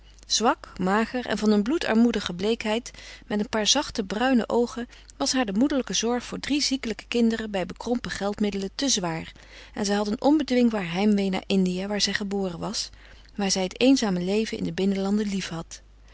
zwak mager en van een bloedarmoedige bleekheid met een paar zachte bruine oogen was haar de moederlijke zorg voor drie ziekelijke kinderen bij bekrompen geldmiddelen te zwaar en zij had een onbedwingbaar heimwee naar indië waar zij geboren was waar zij het eenzame leven in de binnenlanden lief